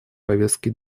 повестке